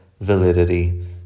validity